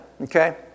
okay